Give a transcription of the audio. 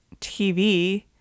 TV